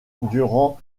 durant